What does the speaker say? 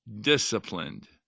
disciplined